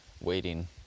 waiting